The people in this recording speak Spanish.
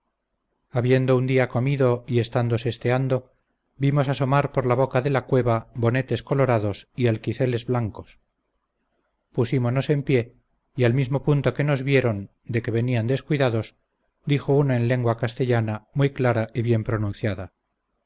habiendo un día comido y estando sesteando vimos asomar por la boca de la cueva bonetes colorados y alquiceles blancos pusímonos en pie y al mismo punto que nos vieron de que venían descuidados dijo uno en lengua castellana muy clara y bien pronunciada